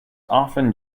often